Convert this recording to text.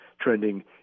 trending